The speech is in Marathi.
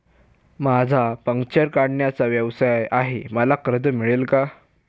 माझा पंक्चर काढण्याचा व्यवसाय आहे मला कर्ज मिळेल का?